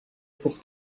pour